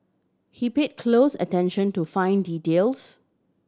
he paid close attention to fine details